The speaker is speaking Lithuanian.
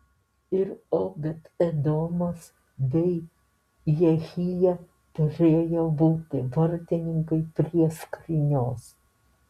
ir obed edomas bei jehija turėjo būti vartininkai prie skrynios